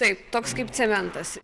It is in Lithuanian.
taip toks kaip cementas